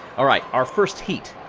all right, our first heat,